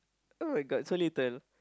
[oh]-my-god so little